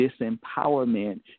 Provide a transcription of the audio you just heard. disempowerment